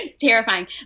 terrifying